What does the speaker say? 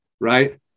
Right